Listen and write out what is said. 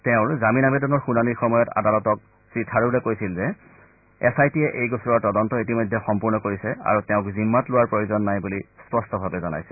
তেওঁৰ জামিন আৱেদনৰ শুনানীৰ সময়ত আদালতক শ্ৰীথাৰুৰে কৈছিল যে এছ আই টিয়ে এই গোচৰৰ তদন্ত ইতিমধ্যে সম্পূৰ্ণ কৰিছে আৰু তেওঁক জিম্মাত লোৱাৰ প্ৰয়োজন নাই বুলি স্পষ্টভাৱে জনাইছিল